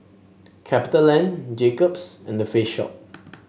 Capitaland Jacob's and The Face Shop